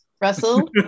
Russell